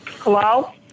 Hello